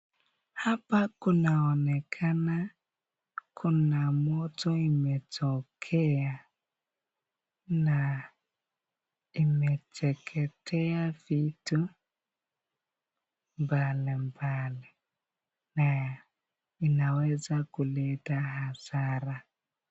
Hapa kunaonekana kuna moto imetokea na imeteketea vitu mbalimbali na inaweza kuleta hasara.